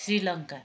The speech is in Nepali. श्रीलङ्का